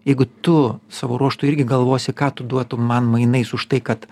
jeigu tu savo ruožtu irgi galvosi ką tu duotum man mainais už tai kad